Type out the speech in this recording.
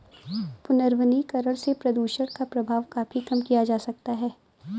पुनर्वनीकरण से प्रदुषण का प्रभाव काफी कम किया जा सकता है